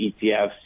ETFs